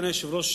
אדוני היושב-ראש,